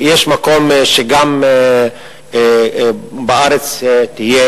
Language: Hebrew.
יש מקום שגם בארץ תהיה